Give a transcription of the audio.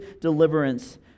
deliverance